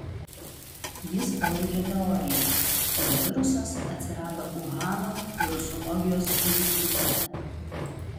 jis palaikė teoriją kad virusas atsirado uhano virusologijos institute